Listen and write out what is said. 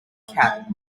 cat